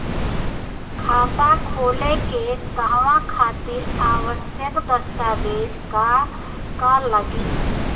खाता खोले के कहवा खातिर आवश्यक दस्तावेज का का लगी?